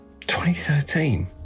2013